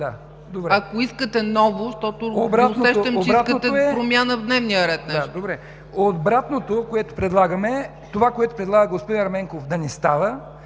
ако искате ново, защото усещам, че искате промяна в дневния ред. МЕТОДИ АНДРЕЕВ: Обратното, което предлагам, е онова, което предлага господин Ерменков, да не става,